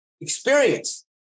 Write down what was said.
experience